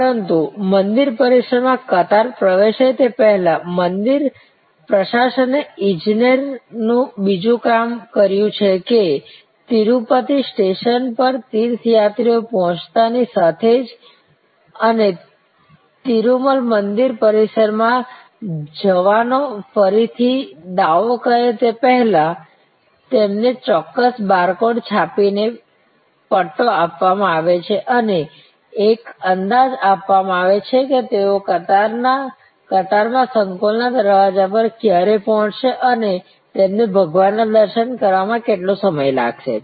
પરંતુ મંદિર પરિસરમાં કતાર પ્રવેશે તે પહેલાં મંદિર પ્રશાસને ઇજનેર નું બીજું કામ કર્યું છે કે તીરુપતિ સ્ટેશન પર તીર્થયાત્રીઓ પહોંચતાની સાથે જ અને તિરુમલ મંદિર પરિસરમાં જવાનો ફરીથી દાવો કરે તે પહેલાં તેમને ચોક્કસ બાર કોડ છાપી ને પટ્ટો આપવામાં આવે છે અને એક અંદાજ આપવામાં આવે છે કે તેઓ કતાર માં સંકુલ ના દરવાજા પર ક્યારે પહોંચશે અને તેમને ભગવાન ના દર્શન કરવામાં કેટલો સમય લાગશે